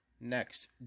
Next